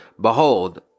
Behold